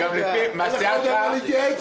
לפני שאתה אומר "התייעצות סיעתית",